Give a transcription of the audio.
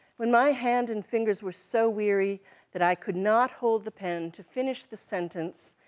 when my hand and fingers were so weary that i could not hold the pen to finish the sentence,